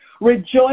Rejoice